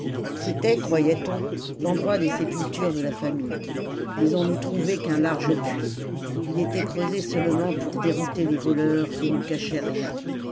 c'était croyait-on l'endroit des sépultures de la famille mais on n'eût trouvé qu'un large puits ii était creusé seulement pour dérouter les voleurs et ne cachait rien